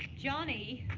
johnny.